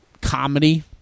comedy